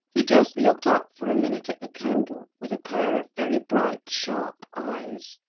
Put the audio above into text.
he just looked up for a minute at the candle, with a pair of very bright, sharp eyes,